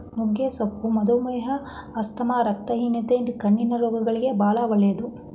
ನುಗ್ಗೆ ಸೊಪ್ಪು ಮಧುಮೇಹ, ಆಸ್ತಮಾ, ರಕ್ತಹೀನತೆ, ಕಣ್ಣಿನ ರೋಗಗಳಿಗೆ ಬಾಳ ಒಳ್ಳೆದು